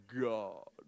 God